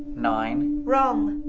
nine? wrong!